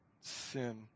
Sin